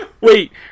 Wait